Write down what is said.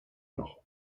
noch